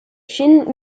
shin